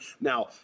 Now